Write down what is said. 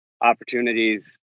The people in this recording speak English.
opportunities